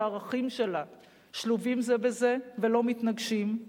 שהערכים שלה שלובים זה בזה ולא מתנגשים,